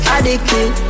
Addicted